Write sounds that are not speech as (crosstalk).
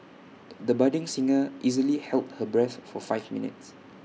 (noise) the budding singer easily held her breath for five minutes